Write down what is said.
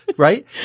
right